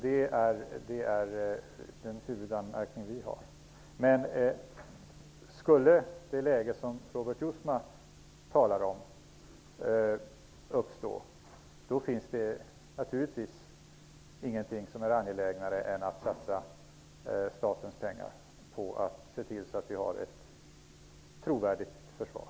Det är vår huvudanmärkning. Om det läge som Robert Jousma talade om skulle uppstå finns det naturligtvis inget som är mer angeläget än att satsa statens pengar på att se till att vi får ett trovärdigt försvar.